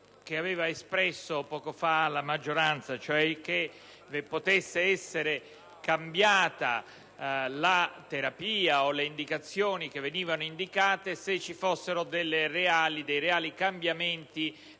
che aveva espresso poco fa la maggioranza, cioè che potessero essere cambiate la terapia o le indicazioni che erano state indicate, se ci fossero stati dei reali cambiamenti